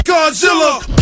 Godzilla